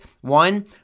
One